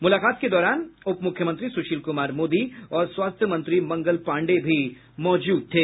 मुलाकात के दौरान उपमुख्यमंत्री सुशील कुमार मोदी और स्वास्थ्य मंत्री मंगल पाण्डेय भी मौजूद थे